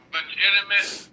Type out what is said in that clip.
Legitimate